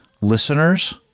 listeners